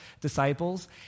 disciples